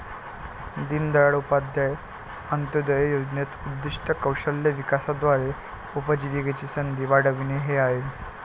दीनदयाळ उपाध्याय अंत्योदय योजनेचे उद्दीष्ट कौशल्य विकासाद्वारे उपजीविकेच्या संधी वाढविणे हे आहे